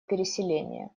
переселения